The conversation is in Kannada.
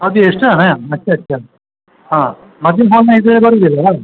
ಅದು ಎಷ್ಟು ಹಣ ಅಚ್ಚ ಅಚ್ಚ ಹಾಂ ಮದ್ವೆ ಹಾಲ್ನ ಇದ್ರಲ್ಲಿ ಬರೋದಿಲ್ಲ ಅಲ್ವ